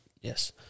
Yes